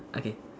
okay